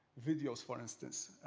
videos, for instance.